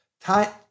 Time